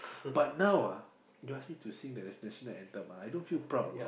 but now ah you ask me to sing the national anthem ah I don't feel proud know